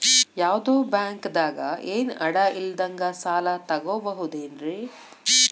ಯಾವ್ದೋ ಬ್ಯಾಂಕ್ ದಾಗ ಏನು ಅಡ ಇಲ್ಲದಂಗ ಸಾಲ ತಗೋಬಹುದೇನ್ರಿ?